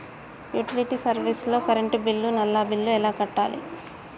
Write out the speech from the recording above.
Utility service లో current bill, నల్లా bill ఎలా కట్టాలి?